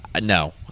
No